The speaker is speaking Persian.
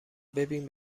ببین